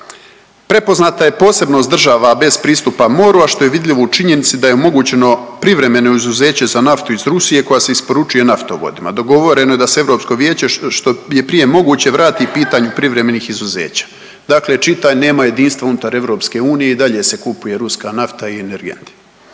Prepoznata je posebnost država bez pristupa moru, a što je vidljivo u činjenici da je omogućeno privremeno izuzeće za naftu iz Rusije koja se isporučuje naftovodima. Dogovoreno je da se Europsko vijeće što je prije moguće vrati pitanju privremenih izuzeća. Dakle čitaj nema jedinstva unutar EU i dalje se kupuje ruska nafta i energenti.